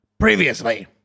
Previously